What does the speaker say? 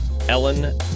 Ellen